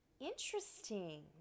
Interesting